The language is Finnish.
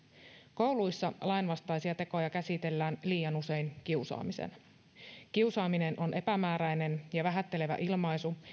kouluissa lainvastaisia tekoja käsitellään liian usein kiusaamisena kiusaaminen on epämääräinen ja vähättelevä ilmaisu